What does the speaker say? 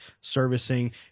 servicing